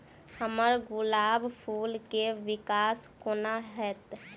हम्मर गुलाब फूल केँ विकास कोना हेतै?